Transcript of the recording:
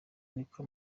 niko